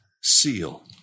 seal